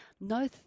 no